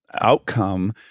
outcome